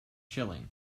chilling